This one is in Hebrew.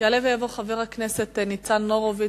יעלה ויבוא חבר הכנסת ניצן הורוביץ.